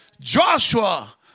Joshua